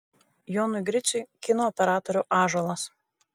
jonui griciui kino operatorių ąžuolas